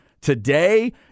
today